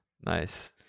Nice